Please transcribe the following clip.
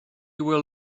were